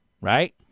right